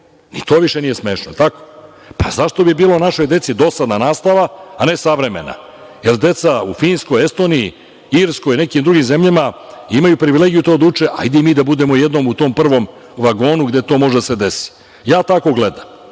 Ni to više nije smešno. Jel tako? Pa zašto bi bilo našoj deci dosadna nastava, a ne savremena. Jel deca u Finskoj, Estoniji, Irskoj i nekim drugim zemljama imaju privilegiju to da uče. Hajde i mi da budemo jednom u tom prvom vagonu gde to može da se desi. Ja tako gledam.